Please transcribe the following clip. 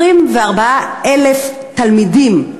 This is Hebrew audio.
24,000 תלמידים.